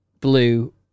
blue